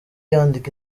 yandika